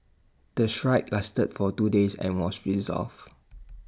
the strike lasted for two days and was resolved